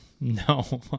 No